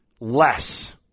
less